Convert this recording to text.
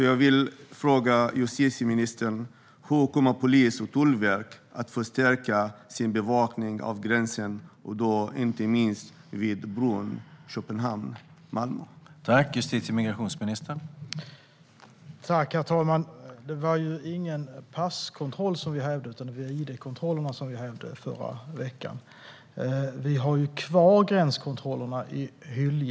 Jag vill fråga justitieministern: Hur kommer polis och tullverk att förstärka sin bevakning av gränsen, inte minst vid bron mellan Köpenhamn och Malmö?